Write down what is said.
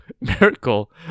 Miracle